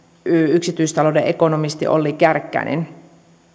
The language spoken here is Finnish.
yksityistalouden ekonomisti olli kärkkäinen